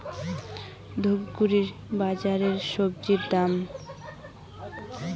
ধূপগুড়ি বাজারের স্বজি দাম?